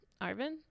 Arvin